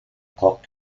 clock